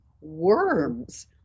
Worms